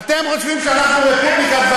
הם חושבים שאנחנו רפובליקת,